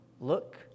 look